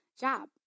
job